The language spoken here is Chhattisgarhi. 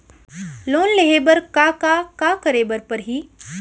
लोन लेहे बर का का का करे बर परहि?